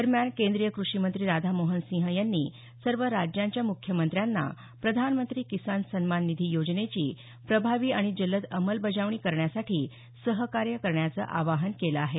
दरम्यान केंद्रीय कृषी मंत्री राधामोहन सिंह यांनी सर्व राज्यांच्या मुख्यमंत्र्यांना प्रधानमंत्री किसान सन्मान निधी योजनेची प्रभावी आणि जलद अंमलबजावणी करण्यासाठी सहकार्य करण्याचं आवाहन केलं आहे